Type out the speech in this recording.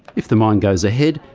if the mine goes ahead,